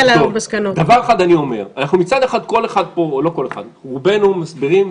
דבר אחד אני אומר, מצד אחד רובנו מסבירים